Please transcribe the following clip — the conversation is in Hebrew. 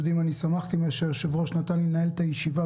שמחתי שהיושב-ראש נתן לי לנהל את הישיבה,